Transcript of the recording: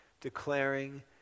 declaring